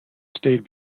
stayed